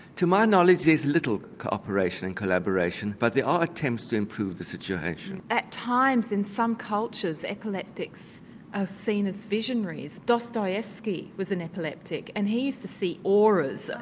to my knowledge there's little cooperation and collaboration but there are attempts to improve the situation. at times in some cultures epileptics are seen as visionaries, dostoevsky was an epileptic and he used to see auras.